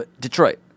Detroit